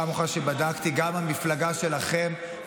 בפעם אחרונה שבדקתי, גם המפלגה שלכם,